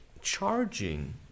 charging